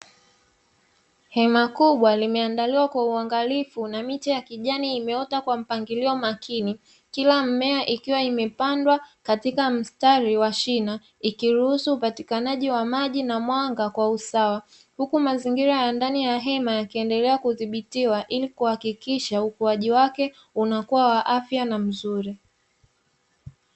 Hema kubwa limeandaliwa kwa uangalifu na miche ya kijani imeota kwa mpangilio makini, kila mimea ikiwa imepandwa katika mstari wa shina ikiruhusu upatikanaji wa maji na mwanga kwa usawa. Huku mazingira ya ndani ya hema yakiendelea kudhibitiwa, ili kuhakikisha ukuaji wake unakuwa wa afya na nzuri.